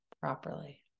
properly